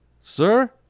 Sir